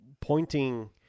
Pointing